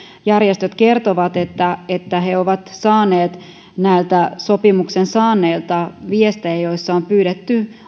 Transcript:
järjestöt kertovat että että he ovat saaneet näiltä sopimuksen saaneilta viestejä joissa on pyydetty